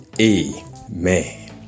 Amen